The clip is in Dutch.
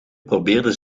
probeerde